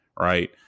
Right